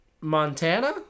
Montana